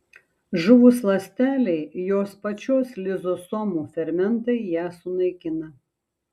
žuvus ląstelei jos pačios lizosomų fermentai ją sunaikina